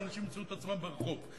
ואנשים ימצאו את עצמם ברחוב,